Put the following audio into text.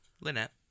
Lynette